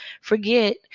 forget